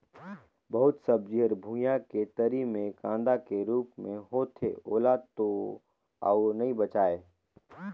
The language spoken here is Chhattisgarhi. बहुत सब्जी हर भुइयां के तरी मे कांदा के रूप मे होथे ओला तो अउ नइ बचायें